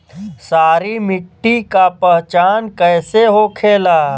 सारी मिट्टी का पहचान कैसे होखेला?